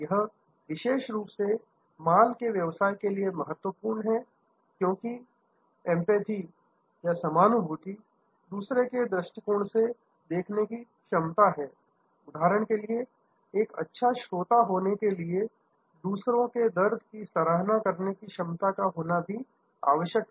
यह विशेष रूप से माल के व्यवसाय के लिए महत्वपूर्ण है क्योंकि एंपैथी समानुभूति दूसरे के दृष्टिकोण से स्थिति को देखने की क्षमता है उदाहरण के लिए एक अच्छा श्रोता लिस्नर होने के लिए दूसरों के दर्द की सराहना करने की क्षमता का होना भी आवश्यक है